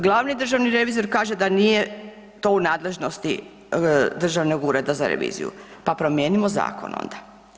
Glavni državni revizor kaže da nije to u nadležnosti Državnog ureda za reviziju, pa promijenimo zakon onda.